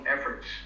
efforts